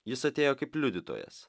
jis atėjo kaip liudytojas